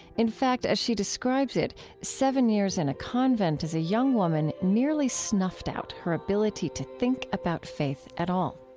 in fact, as she describes it, seven years in a convent as a young woman nearly snuffed out her ability to think about faith at all